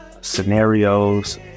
scenarios